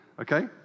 Okay